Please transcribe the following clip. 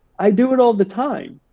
i do it all the time.